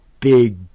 big